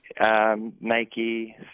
Nike